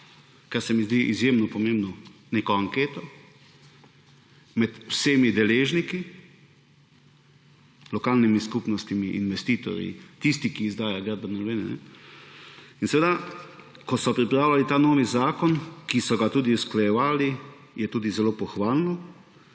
kar se mi zdi izjemno pomembno, neko anketo med vsemi deležniki, lokalnimi skupnostmi, investitorji, tistimi, ki izdajo gradbeno dovoljenje. Ko so pripravljali ta novi zakon, ki so ga tudi usklajevali, kar je tudi zelo pohvalno,